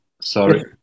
sorry